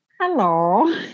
hello